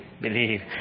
believe